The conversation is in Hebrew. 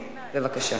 בבקשה.